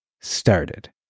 started